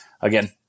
again